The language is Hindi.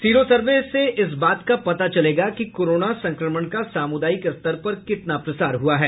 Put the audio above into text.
सीरो सर्वे से इस बात का पता चलेगा कि कोरोना संक्रमण का सामुदायिक स्तर पर कितना प्रसार हुआ है